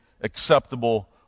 acceptable